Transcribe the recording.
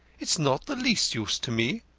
it's not the least use to me.